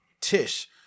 Tish